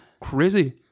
crazy